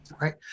right